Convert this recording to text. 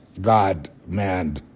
God-man